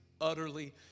utterly